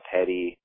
Petty